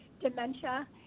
dementia